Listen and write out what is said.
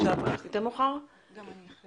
אני אשמח.